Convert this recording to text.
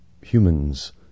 humans